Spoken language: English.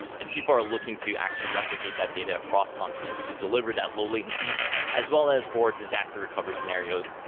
and people are looking to actually replicate that data across continents to deliver that low latency as well as for disaster recovery scenarios.